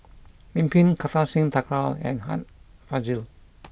Lim Pin Kartar Singh Thakral and Art Fazil